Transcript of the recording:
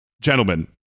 gentlemen